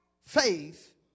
faith